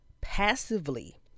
passively